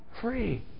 free